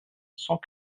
cent